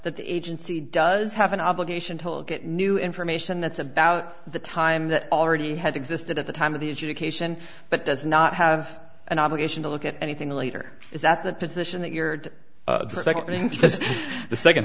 that the agency does have an obligation to look at new information that's about the time that already has existed at the time of the education but does not have an obligation to look at anything later is that the position that you're protecting the second